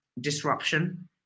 disruption